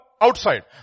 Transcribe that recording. outside